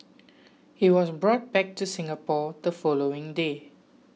he was brought back to Singapore the following day